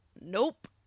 nope